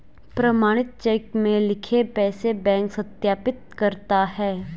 प्रमाणित चेक में लिखे पैसे बैंक सत्यापित करता है